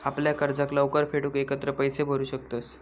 आपल्या कर्जाक लवकर फेडूक एकत्र पैशे भरू शकतंस